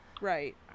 Right